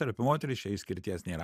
ar moteris čia išskirties nėra